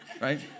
right